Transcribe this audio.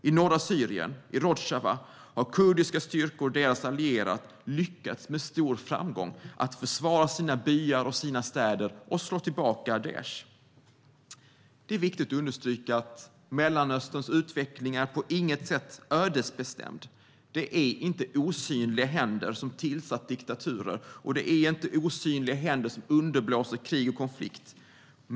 I norra Syrien, i Rojava, har kurdiska styrkor och deras allierade med stor framgång lyckats att försvara sina byar och sina städer och slå tillbaka Daish. Det är viktigt att understryka att Mellanösterns utveckling på inget sätt är ödesbestämd. Det är inte osynliga händer som tillsatt diktaturer. Och det är inte osynliga händer som underblåser krig och konflikter.